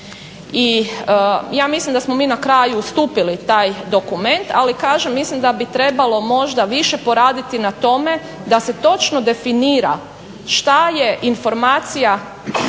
I ja mislim da smo mi na kraju ustupili taj dokument, ali kažem mislim da bi trebalo možda više poraditi na tome da se točno definira šta je informacija